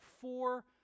four